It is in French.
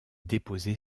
déposé